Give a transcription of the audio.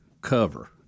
cover